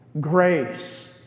grace